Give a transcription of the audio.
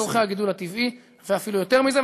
בהתאם לצורכי הגידול הטבעי, ואפילו יותר מזה.